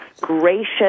gracious